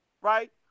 right